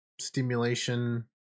stimulation